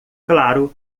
claro